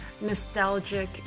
nostalgic